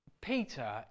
Peter